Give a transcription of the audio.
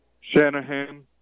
Shanahan